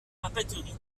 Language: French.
papeterie